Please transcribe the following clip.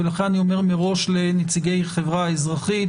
ולכן אני אומר מראש לנציגי החברה האזרחית